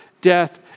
death